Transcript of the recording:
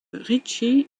ricci